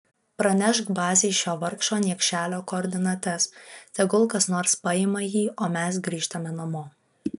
pranešk bazei šio vargšo niekšelio koordinates tegul kas nors paima jį o mes grįžtame namo